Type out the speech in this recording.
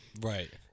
Right